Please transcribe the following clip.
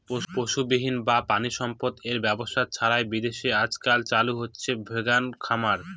পশুবিহীন বা প্রানীসম্পদ এর ব্যবহার ছাড়াই বিদেশে আজকাল চালু হয়েছে ভেগান খামার